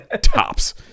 Tops